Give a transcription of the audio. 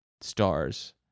stars